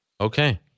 Okay